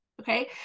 Okay